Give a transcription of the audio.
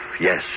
yes